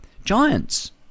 Giants